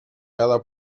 cada